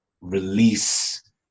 release